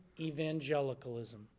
evangelicalism